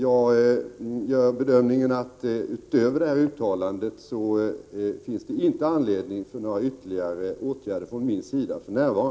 Jag gör bedömningen att det utöver detta uttalande för närvarande inte finns anledning till några ytterligare åtgärder från min sida.